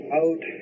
out